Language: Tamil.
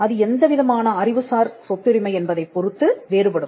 அது எந்தவிதமான அறிவுசார் சொத்துரிமை என்பதைப் பொறுத்து வேறுபடும்